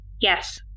Yes